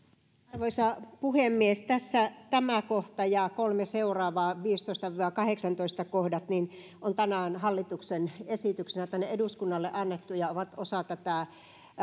arvoisa puhemies tässä tämä kohta ja kolme seuraavaa viidestoista viiva kahdeksastoista kohdat on tänään hallituksen esityksinä tänne eduskunnalle annettu ja ne ovat osa tätä